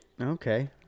Okay